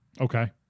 Okay